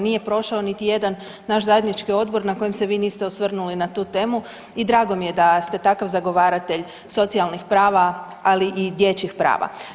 Nije prošao niti jedan naš zajednički odbor na kojem se vi niste osvrnuli na tu temu i drago mi je da ste takav zagovaratelj socijalnih prava ali i dječjih prava.